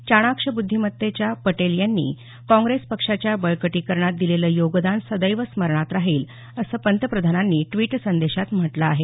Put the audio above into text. चाणाक्ष बुद्धीमत्तेच्या पटेल यांनी काँग्रेस पक्षाच्या बळकटीकरणात दिलेलं योगदान सदैव स्मरणात राहील असं पंतप्रधानांनी ट्वीट संदेशात म्हटलं आहे